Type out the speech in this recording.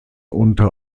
unter